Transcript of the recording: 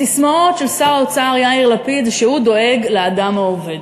הססמאות של שר האוצר יאיר לפיד הן שהוא דואג לאדם העובד.